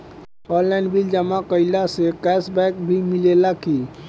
Online bill जमा कईला से कैश बक भी मिलेला की?